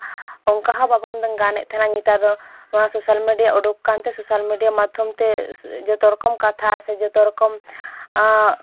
ᱚᱱᱠᱟ ᱦᱚᱸ ᱵᱟᱵᱚᱱ ᱜᱟᱱᱮᱫ ᱛᱟᱦᱮᱱᱟ ᱱᱮᱛᱟᱨ ᱫᱚ ᱱᱚᱣᱟ ᱥᱳᱥᱟᱞ ᱢᱤᱰᱤᱭᱟ ᱩᱰᱩᱠ ᱟᱠᱟᱱᱛᱮ ᱥᱳᱥᱟᱞ ᱢᱤᱰᱤᱭᱟ ᱢᱟᱫᱽᱫᱷᱚᱢ ᱛᱮ ᱡᱚᱛᱚ ᱨᱚᱠᱚᱢ ᱠᱟᱛᱷᱟ ᱥᱮ ᱡᱚᱛᱚ ᱨᱚᱠᱚᱢ